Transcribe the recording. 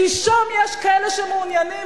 כי שם יש כאלה שמעוניינים.